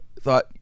thought